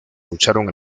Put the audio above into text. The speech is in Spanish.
lucharon